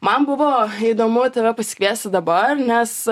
man buvo įdomu tave pasikviesti dabar nes